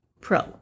Pro